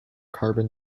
carbon